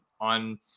on